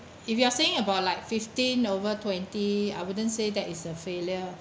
if you are saying about like fifteen over twenty I wouldn't say that is a failure